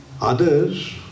Others